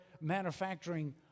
manufacturing